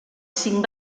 cinc